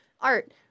art